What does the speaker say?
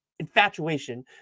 infatuation